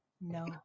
No